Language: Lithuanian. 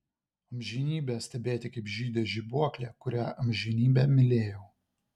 amžinybę stebėti kaip žydi žibuoklė kurią amžinybę mylėjau